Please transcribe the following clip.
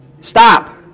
Stop